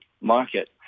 market